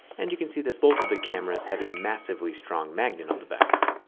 and you can see that both of the cameras have a massively strong magnet on the back.